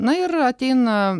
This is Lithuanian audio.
na ir ateina